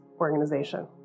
organization